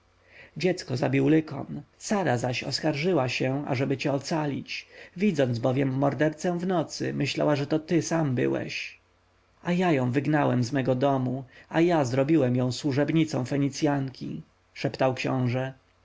dziecko zabił lykon sara zaś oskarżyła się ażeby ciebie ocalić widząc bowiem mordercę w nocy myślała że to ty sam byłeś a ja ją wygnałem z mego domu a ja zrobiłem ją służebnicą fenicjanki szeptał książę